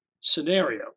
scenario